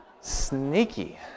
Sneaky